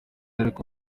ariko